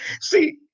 See